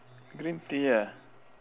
green tea ah